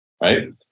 right